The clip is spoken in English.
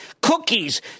cookies